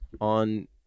on